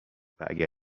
واگر